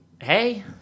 Hey